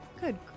Good